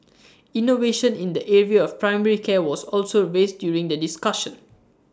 innovation in the area of primary care was also raised during the discussion